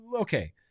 okay